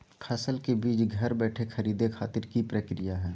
फसल के बीज घर बैठे खरीदे खातिर की प्रक्रिया हय?